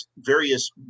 various